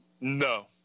No